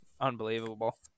Unbelievable